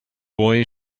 boy